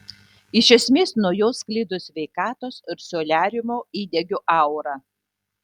iš esmės nuo jos sklido sveikatos ir soliariumo įdegio aura